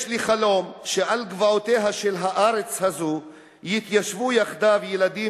יש לי חלום שעל גבעותיה של הארץ הזאת יתיישבו יחדיו ילדים